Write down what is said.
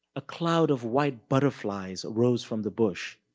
a cloud of white butterflies rose from the bush.